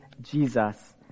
Jesus